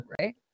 Right